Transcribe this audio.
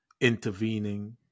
intervening